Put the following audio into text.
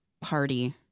party